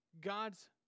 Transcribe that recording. God's